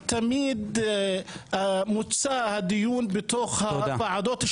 על סמך ההמלצות של הצוות הזה,